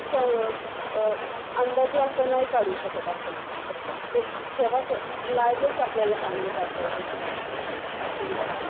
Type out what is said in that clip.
सौ अंदाजे असं नाही काढू शकत आपण चित्र ते तेव्हाच लाईवच आपल्याला चांगले काढता येतं चित्र एकदाच